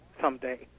someday